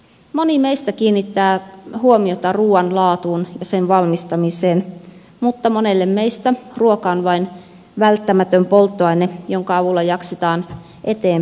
moni meistä kiinnittää huomiota ruuan laatuun ja valmistamiseen mutta monelle meistä ruoka on vain välttämätön polttoaine jonka avulla jaksetaan eteenpäin